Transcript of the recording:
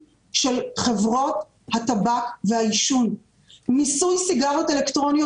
לכך שהוא כינה את יבואני הסיגריות סוחרי סמים.